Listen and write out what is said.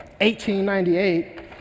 1898